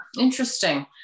Interesting